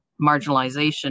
marginalization